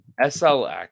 SLX